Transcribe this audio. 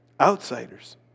Outsiders